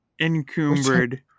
encumbered